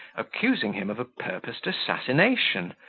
accusing him of a purposed assassination,